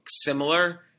similar